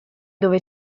dove